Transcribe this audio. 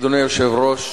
אדוני היושב-ראש,